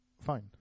fine